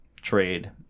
trade